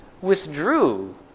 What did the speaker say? withdrew